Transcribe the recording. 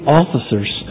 officers